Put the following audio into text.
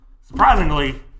Surprisingly